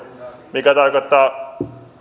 mikä tarkoittaa